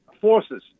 forces